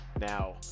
Now